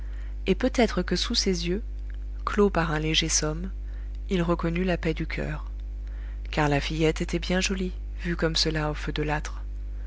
et peut-être que sous ses yeux clos par un léger somme il reconnut la paix du coeur car la fillette était bien jolie vue comme cela au feu de l'âtre